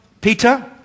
Peter